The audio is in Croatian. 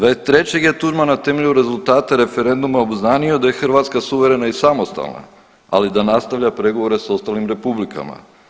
23. je Tuđman na temelju rezultata referenduma obznanio da je Hrvatska suverena i samostalna, ali da nastavlja pregovore s ostalim republikama.